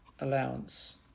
allowance